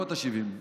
לא 70,